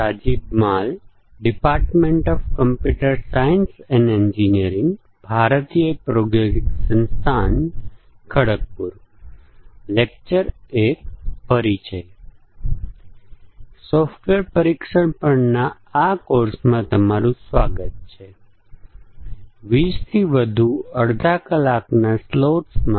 અત્યાર સુધી આપણે બ્લેક બોક્સ ટેસ્ટીંગ ટેકનીકો અને ઘણી સફેદ બોક્સ ટેસ્ટીંગ ટેકનીકો વિશે ચર્ચા કરી હતી અને છેલ્લા સત્રમાં આપણે મ્યુટેશન ટેસ્ટીંગ વિશે ચર્ચા કરી રહ્યા હતા જે ફોલ્ટ આધારિત ટેસ્ટીંગ ટેકનીક છે